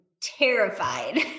terrified